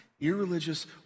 irreligious